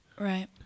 Right